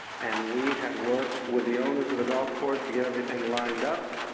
and we had worked with the owners of the golf course to get everything lined up,